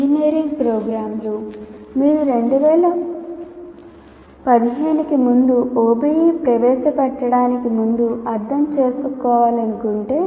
engineering ప్రోగ్రామ్లు మీరు 2015 కి ముందు OBE ప్రవేశపెట్టడానికి ముందు అర్థం చేసుకోవాలనుకుంటే